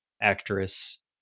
actress